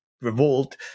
revolt